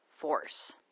force